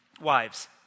Wives